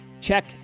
Check